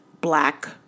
black